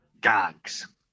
Gags